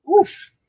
oof